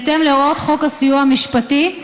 בהתאם להוראות חוק הסיוע המשפטי,